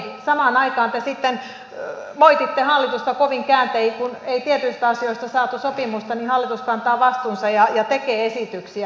samaan aikaan te sitten moititte hallitusta kovin sanakääntein kun ei tietyistä asioista saatu sopimusta ja hallitus kantaa vastuunsa ja tekee esityksiä